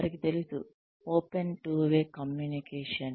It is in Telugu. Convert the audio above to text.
వారికి తెలుసు ఓపెన్ టూ వే కమ్యూనికేషన్